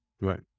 Right